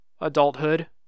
adulthood